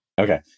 Okay